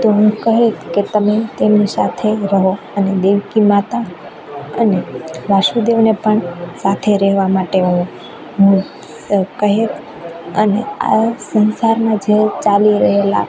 તો હું કહેત કે તમે તેમની સાથે રહો અને દેવકી માતા અને વાસુદેવને પણ સાથે રહેવા માટે હું હું કહેત અને આ સંસારમાં જે ચાલી રહેલા